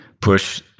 push